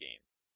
games